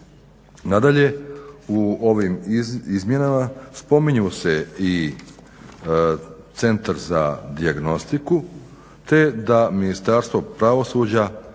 Nadalje u ovim izmjenama spominju se i centar za dijagnostiku te da Ministarstvo pravosuđa